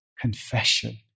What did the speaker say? confession